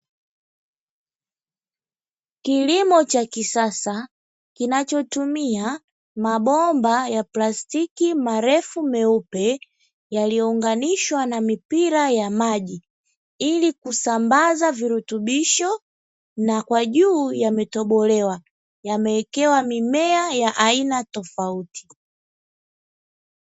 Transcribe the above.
Kilimo cha kisasa kinachotumia mabomba ya plastiki marefu meupe yaliyounganishwa na mipira ya maji, ili kusambaza virutubisho na kwa juu yametobolewa, yamewekwa mimea ya aina tofauti.